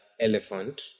elephant